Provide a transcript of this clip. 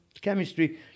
chemistry